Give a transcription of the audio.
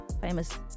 famous